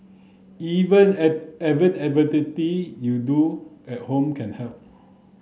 even you do at home can help